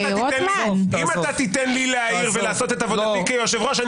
אם אתה תיתן לי להעיר ולעשות את עבודתי כיושב-ראש,